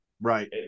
Right